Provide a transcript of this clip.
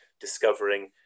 discovering